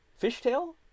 fishtail